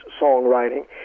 songwriting